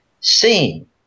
seen